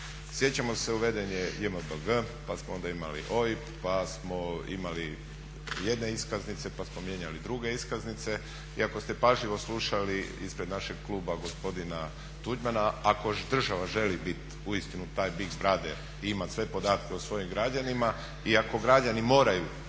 Sjećamo se uveden je JMBG, pa smo onda imali OIB, pa smo imali jedne iskaznice pa smo mijenjali druge iskaznice i ako ste pažljivo slušali ispred našeg kluba gospodina Tuđmana ako država želi biti uistinu taj Big Brother i imati sve podatke o svojim građanima i ako građani moraju